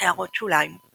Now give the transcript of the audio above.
הערות שוליים ==